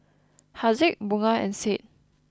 Haziq Bunga and Said